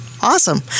Awesome